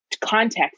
context